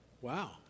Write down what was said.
Wow